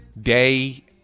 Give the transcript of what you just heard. day